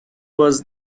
was